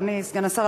אדוני סגן השר,